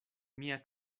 mia